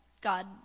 God